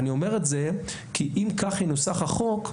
אני אומר את זה כי אם כך ינוסח החוק,